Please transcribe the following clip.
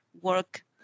work